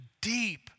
deep